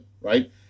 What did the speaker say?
right